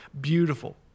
Beautiful